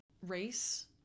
Race